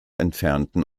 entfernten